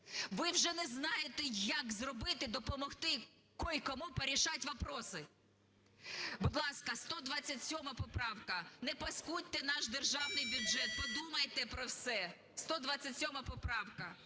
Ви вже не знаєте, як зробити, допомогти кое-кому порешать вопросы. Будь ласка, 127 поправка, не паскудьте наш державний бюджет, подумайте про все. 127 поправка.